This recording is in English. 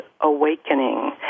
awakening